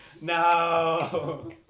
no